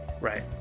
Right